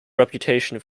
reputation